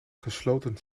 gesloten